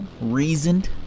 reasoned